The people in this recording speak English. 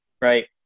Right